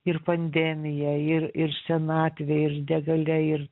ir pandemija ir ir senatvė ir negalia ir